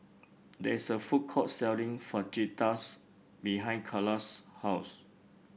there is a food court selling Fajitas behind Carla's house